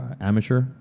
amateur